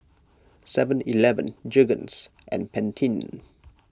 Seven Eleven Jergens and Pantene